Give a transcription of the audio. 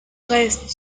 restent